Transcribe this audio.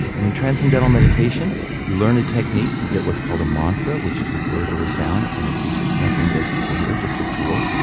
and in transcendental meditation you learn a technique. you get what's called a mantra which is a word or a sound from a teacher. nothing mystical here, just a tool.